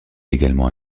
également